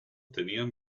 tenían